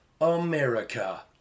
America